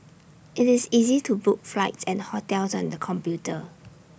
IT is easy to book flights and hotels on the computer